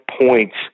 points